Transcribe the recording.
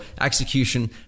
execution